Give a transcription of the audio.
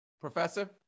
Professor